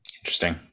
Interesting